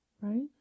right